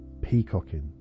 peacocking